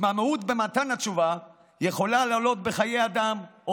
התמהמהות במתן התשובה יכולה לעלות בחיי אדם או